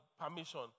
permission